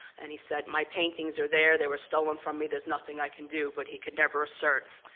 and he said, my paintings are there, they were stolen from me, there's nothing i can do, but he could never assert.